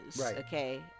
okay